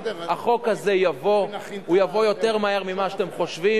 החוק זה יבוא, הוא יבוא יותר מהר ממה שאתם חושבים.